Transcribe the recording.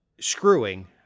screwing